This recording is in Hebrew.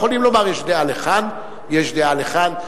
יכולים לומר: יש דעה לכאן, יש דעה לכאן.